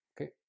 Okay